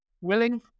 willing